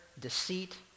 deceit